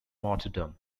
martyrdom